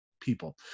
people